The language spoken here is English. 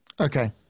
Okay